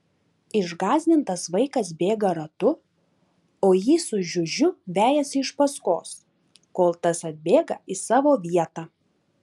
išgąsdintas vaikas bėga ratu o jį su žiužiu vejasi iš paskos kol tas atbėga į savo vietą